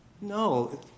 No